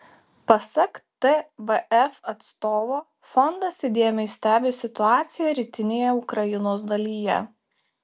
pasak tvf atstovo fondas įdėmiai stebi situaciją rytinėje ukrainos dalyje